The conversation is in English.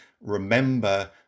Remember